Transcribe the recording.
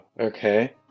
okay